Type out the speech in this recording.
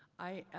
i,